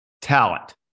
talent